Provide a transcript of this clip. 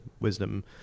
wisdom